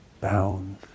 bound